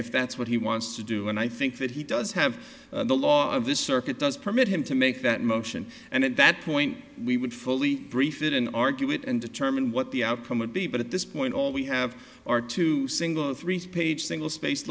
if that's what he wants to do and i think that he does have the law of this circuit does permit him to make that motion and at that point we would fully brief it in argue it and determine what the outcome would be but at this point all we have are two single three page single space